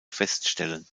feststellen